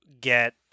get